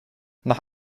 nach